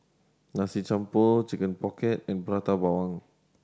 Nasi Campur Chicken Pocket and Prata Bawang